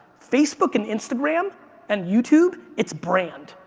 facebook and instagram and youtube, it's brand.